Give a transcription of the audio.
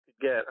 get